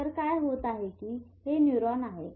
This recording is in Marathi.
तर काय होत आहे की हे न्यूरॉन आहे